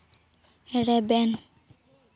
ᱨᱮᱵᱮᱱ